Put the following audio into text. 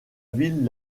ville